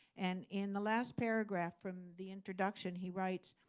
and in the last paragraph from the introduction he writes,